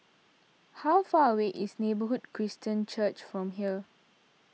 how far away is Neighbourhood Christian Church from here